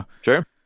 Sure